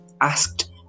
asked